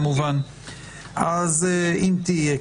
אם תהיה.